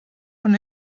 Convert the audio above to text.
von